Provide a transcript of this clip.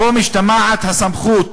בו משתמעת הסמכות